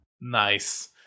Nice